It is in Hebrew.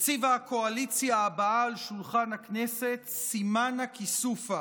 הציבה הקואליציה הבאה על שולחן הכנסת סימנא דכיסופא,